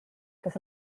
kas